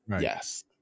yes